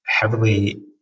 heavily